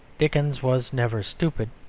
dickens was never stupid,